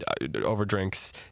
overdrinks